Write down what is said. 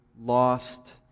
lost